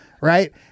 right